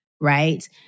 right